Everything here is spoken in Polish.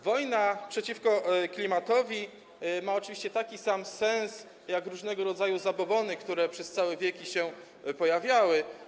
Wojna przeciwko klimatowi ma oczywiście taki sam sens jak różnego rodzaju zabobony, które przez całe wieki się pojawiały.